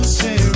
say